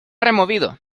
removido